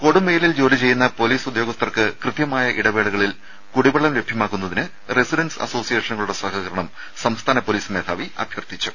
കൊടുംവെയിലിൽ ജോലി ചെയ്യുന്ന പോലീസ് ഉദ്യോഗസ്ഥർക്ക് കൃത്യമായ ഇടവേളകളിൽ കുടിവെള്ളം ലഭ്യമാക്കുന്നതിന് റെസിഡന്റ്സ് അസോസിയേഷനുകളുടെ സഹകരണം സംസ്ഥാന പോലീസ് മേധാവി അഭ്യർഥിച്ചു